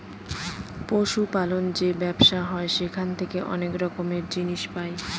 পশু পালন যে ব্যবসা হয় সেখান থেকে অনেক রকমের জিনিস পাই